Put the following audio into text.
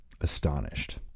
astonished